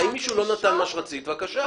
אם מישהו לא נתן מה שרצית, בקשה.